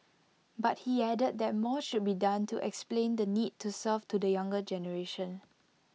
but he added that more should be done to explain the need to serve to the younger generation